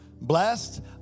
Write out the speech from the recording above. blessed